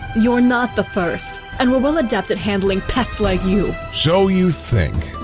you're not the first, and we're well adept at handling pests like you. so you think.